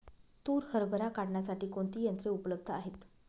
तूर हरभरा काढण्यासाठी कोणती यंत्रे उपलब्ध आहेत?